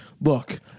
Look